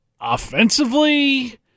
Offensively